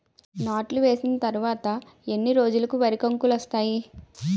నాట్లు వేసిన తర్వాత ఎన్ని రోజులకు వరి కంకులు వస్తాయి?